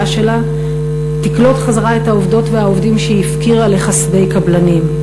שלה תקלוט חזרה את העובדות והעובדים שהפקירה לחסדי קבלנים.